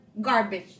garbage